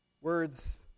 words